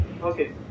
Okay